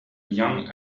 young